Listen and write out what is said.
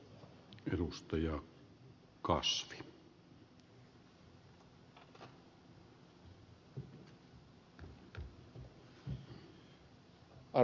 arvoisa puhemies